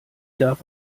darf